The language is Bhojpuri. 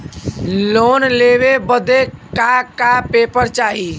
लोन लेवे बदे का का पेपर चाही?